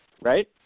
right